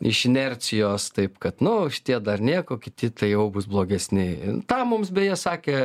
iš inercijos taip kad nu šitie dar nieko kiti tai jau bus blogesni tą mums beje sakė